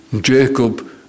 Jacob